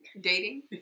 Dating